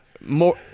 More